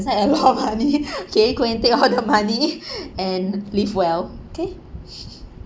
it's like a lot of money okay you go and take all the money and live well okay